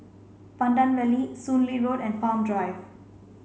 Pandan Valley Soon Lee Road and Palm Drive